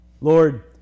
Lord